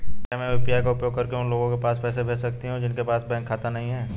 क्या मैं यू.पी.आई का उपयोग करके उन लोगों के पास पैसे भेज सकती हूँ जिनके पास बैंक खाता नहीं है?